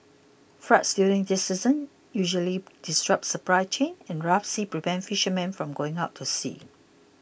floods during this season usually disrupt supply chains and rough seas prevent fishermen from going out to sea